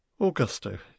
Augusto